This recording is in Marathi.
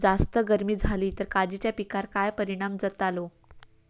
जास्त गर्मी जाली तर काजीच्या पीकार काय परिणाम जतालो?